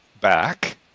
back